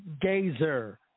gazer